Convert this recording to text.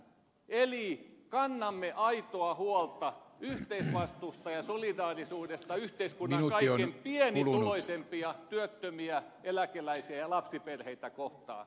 kannamme aitoa huolta yhteisvastuusta ja solidaarisuudesta yhteiskunnan kaikkein pienituloisimpia työttömiä eläkeläisiä ja lapsiperheitä kohtaan